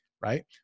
right